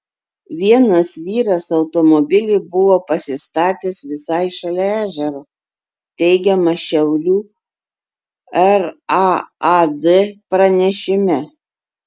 vienas vyras automobilį buvo pasistatęs visai šalia ežero teigiama šiaulių raad pranešime